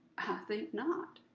think not.